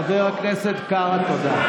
חבר הכנסת קארה,